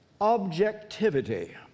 Objectivity